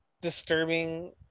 disturbing